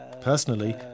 Personally